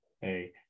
Hey